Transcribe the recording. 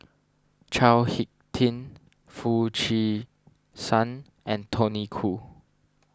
Chao Hick Tin Foo Chee San and Tony Khoo